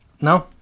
No